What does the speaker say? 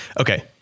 okay